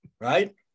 Right